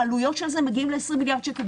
העלויות של זה מגיעות ל-20 מיליארד שקל בשנה.